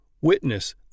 Witness